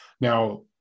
Now